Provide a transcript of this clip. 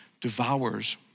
devours